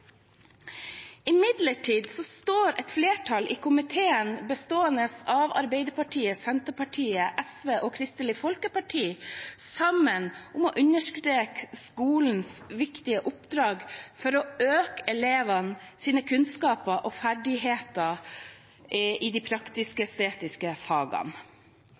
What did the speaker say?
Imidlertid står et flertall i komiteen, bestående av Arbeiderpartiet, Senterpartiet, SV og Kristelig Folkeparti, sammen om å understreke skolens viktige oppdrag: å øke elevenes kunnskaper og ferdigheter i de praktisk-estetiske fagene.